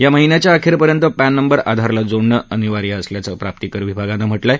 या महिन्याच्या अखेरपर्यंत पॅन नंबर आधारला जोडणं अनिवार्य असल्याचं प्राप्तीकर विभागानं म्हटलं आहे